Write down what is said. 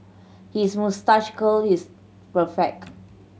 his moustache curl is perfect